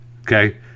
okay